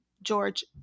George